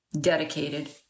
dedicated